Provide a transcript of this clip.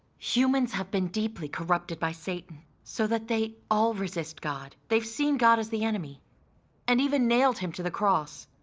humans have been deeply corrupted by satan, so that they all resist god. they've seen god as the enemy and even nailed him to the cross.